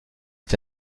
est